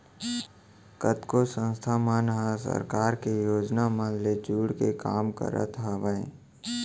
कतको संस्था मन ह सरकार के योजना मन ले जुड़के काम करत हावय